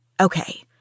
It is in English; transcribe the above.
Okay